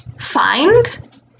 Find